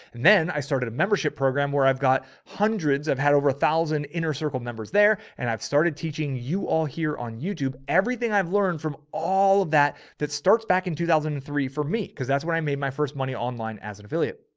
and then i started a membership program where i've got. hundreds of had over a thousand inner circle members there. and i've started teaching you all here on youtube, everything i've learned from all of that, that starts back in two thousand and three for me. cause that's when i made my first money online as an affiliate.